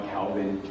Calvin